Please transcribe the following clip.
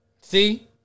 See